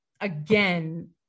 again